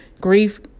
Grief